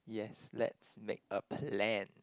yes lets make a plan